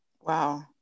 Wow